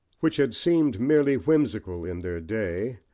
which had seemed merely whimsical in their day,